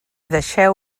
deixeu